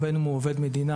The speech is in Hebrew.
ובין אם הוא עובד מדינה,